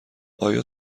آیا